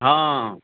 ہاں